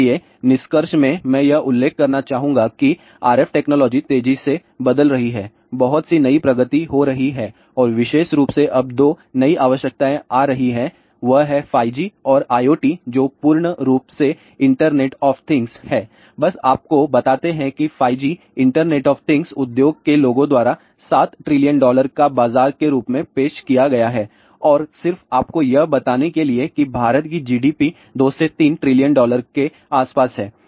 इसलिए निष्कर्ष में मैं यह उल्लेख करना चाहूंगा कि RF टेक्नोलॉजी तेजी से बदल रही है बहुत सी नई प्रगति हो रही है और विशेष रूप से अब 2 नई आवश्यकताएं आ रही हैं और वह है 5G और IoT जो पूर्ण रूप से इंटरनेट ऑफ थिंग्स है बस आपको बताते हैं कि 5G इंटरनेट ऑफ थिंग्स उद्योग के लोगों द्वारा 7 ट्रिलियन डॉलर का बाजार के रूप में पेश किया गया है और सिर्फ आपको यह बताने के लिए कि भारत की जीडीपी 2 से 3 ट्रिलियन डॉलर के आसपास है